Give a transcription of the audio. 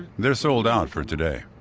they're sold out for today.